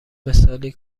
مثالی